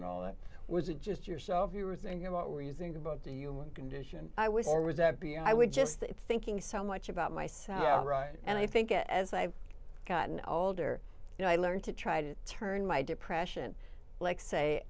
and all that was it just yourself you were thinking about were you think about the human condition i was or was that be i would just thinking so much about myself out right and i think as i've gotten older you know i learned to try to turn my depression like say